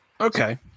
Okay